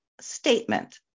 statement